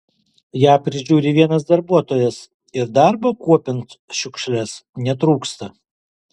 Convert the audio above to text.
ją prižiūri vienas darbuotojas ir darbo kuopiant šiukšles netrūksta